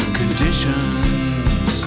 conditions